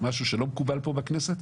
משהו שלא מקובל פה בכנסת,